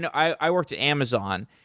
i worked amazon,